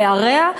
להרע,